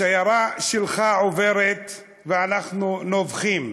השיירה שלך עוברת ואנחנו נובחים.